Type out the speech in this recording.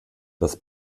das